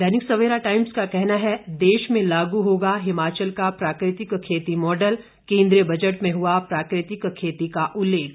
दैनिक Savera Times का कहना है देश में लागू होगा हिमाचल का प्राकृतिक खेती मॉडल केंद्रीय बजट में हुआ प्राकृतिक खेती का उल्लेख